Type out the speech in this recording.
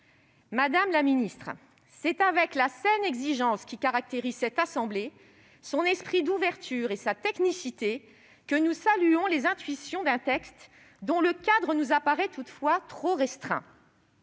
Madame la ministre, c'est avec la saine exigence qui caractérise cette assemblée, son esprit d'ouverture et sa technicité que nous saluons les intuitions d'un texte dont le cadre nous apparaît toutefois trop restreint.